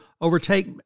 overtake